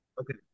Okay